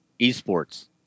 Esports